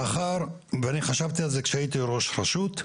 מאחר ואני חשבתי על זה כשהייתי ראש רשות,